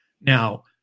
now